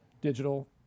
digital